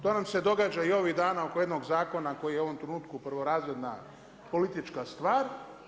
To nam se događa i ovih dana oko jednog zakona koji je u ovom trenutku prvorazredna politička stvar.